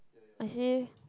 I see